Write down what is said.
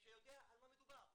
שיודע על מה מדובר,